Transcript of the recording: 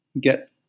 get